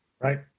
Right